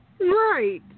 Right